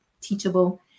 teachable